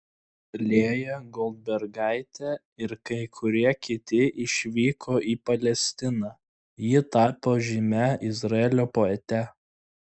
lėja goldbergaitė ir kai kurie kiti išvyko į palestiną ji tapo žymia izraelio poete